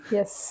Yes